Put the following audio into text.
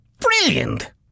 Brilliant